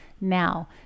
now